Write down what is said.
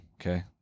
okay